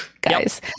guys